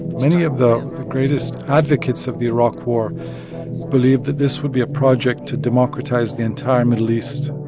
many of the greatest advocates of the iraq war believed that this would be a project to democratize the entire middle east.